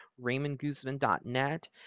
RaymondGuzman.net